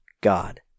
God